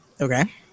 Okay